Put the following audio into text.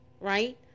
right